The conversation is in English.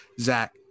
Zach